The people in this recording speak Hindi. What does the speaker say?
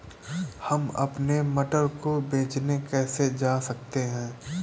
हम अपने मटर को बेचने कैसे जा सकते हैं?